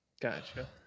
Gotcha